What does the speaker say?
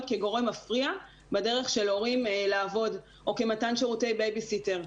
כגורם מפריע בדרך של הורים לעבוד או כמתן שירותי בייביסיטר.